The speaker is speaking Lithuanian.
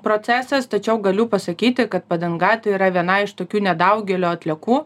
procesas tačiau galiu pasakyti kad padanga tai yra viena iš tokių nedaugelio atliekų